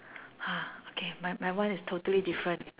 !huh! okay my my one is totally different